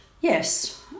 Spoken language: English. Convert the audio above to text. yes